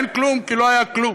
ואין כלום כי לא היה כלום.